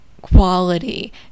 quality